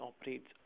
operates